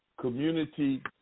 community